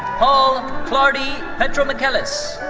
paul clardy petromichelis.